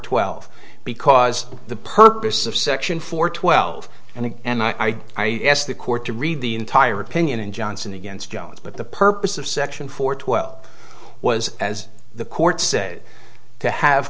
twelve because the purpose of section four twelve and and i asked the court to read the entire opinion in johnson against jones but the purpose of section four twelve was as the court said to have